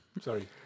Sorry